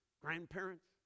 grandparents